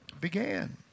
began